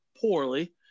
poorly